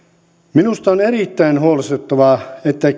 minusta on erittäin huolestuttavaa että